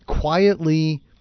quietly